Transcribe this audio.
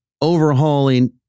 overhauling